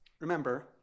Remember